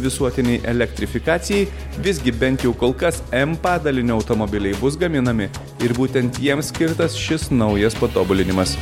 visuotinei elektrifikacijai visgi bent jau kol kas m padalinio automobiliai bus gaminami ir būtent jiems skirtas šis naujas patobulinimas